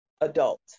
adult